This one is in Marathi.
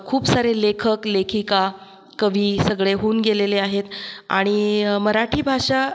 खूप सारे लेखक लेखिका कवी सगळे होऊन गेलेले आहेत आणि मराठी भाषा